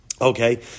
Okay